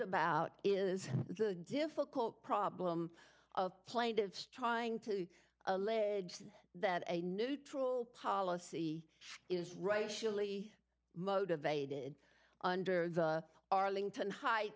about is the difficult problem of plaintiffs trying to allege that a neutral policy is racially motivated under the arlington heights